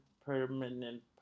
permanent